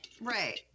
Right